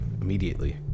immediately